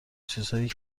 چیزهایی